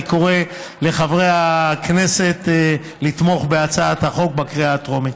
אני קורא לחברי הכנסת לתמוך בהצעת החוק בקריאה הטרומית.